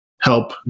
help